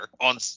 on